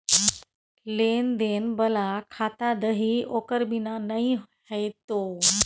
लेन देन बला खाता दही ओकर बिना नै हेतौ